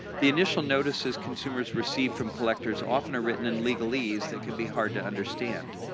the initial notices consumers receive from collectors often are written in legalese that can be hard to understand.